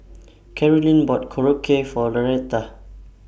Caroline bought Korokke For Loretta